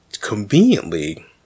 conveniently